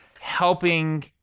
helping